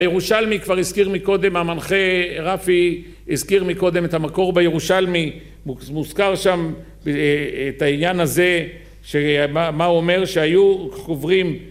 ירושלמי כבר הזכיר מקודם, המנחה רפי הזכיר מקודם את המקור בירושלמי, מוזכר שם את העניין הזה, מה הוא אומר, שהיו חוברים